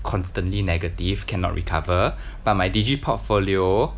constantly negative cannot recover but my digi portfolio